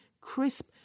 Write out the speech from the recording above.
crisp